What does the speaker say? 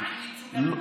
מה עם ייצוג הדרוזים?